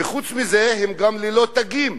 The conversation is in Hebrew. וחוץ מזה, הם גם ללא תגים.